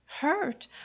Hurt